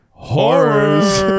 Horrors